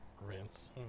Rinse